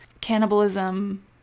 cannibalism